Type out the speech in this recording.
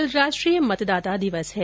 कल राष्ट्रीय मतदाता दिवस है